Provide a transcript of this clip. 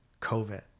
COVID